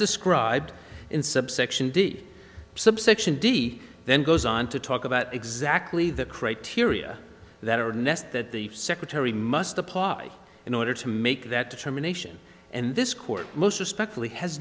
described in subsection d subsection d then goes on to talk about exactly the criteria that are ness that the secretary must apply in order to make that determination and this court most respectfully has